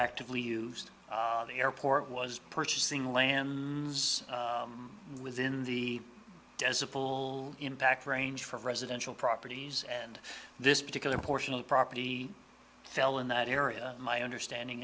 actively used the airport was purchasing land within the desert full impact range for residential properties and this particular portion of the property fell in that area my understanding